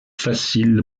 facile